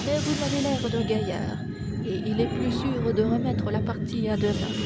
mais vous m'avez l'air d'un gaillard et il est plus sûr de remettre la partie à demain